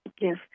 Yes